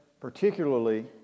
particularly